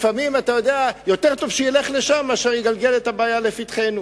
לפעמים יותר טוב שילך לשם מאשר שיגלגל את הבעיה לפתחנו.